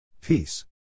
Peace